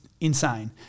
insane